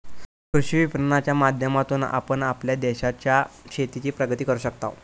कृषी विपणनाच्या माध्यमातून आपण आपल्या देशाच्या शेतीची प्रगती करू शकताव